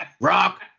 Rock